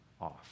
off